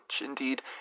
indeed